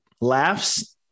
laughs